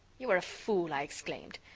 you are a fool! i exclaimed.